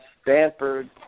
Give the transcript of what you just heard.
Stanford